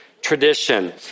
Tradition